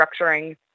structuring